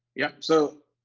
yeah, so,